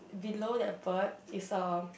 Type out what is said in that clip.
below that bird is a